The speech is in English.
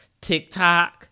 tiktok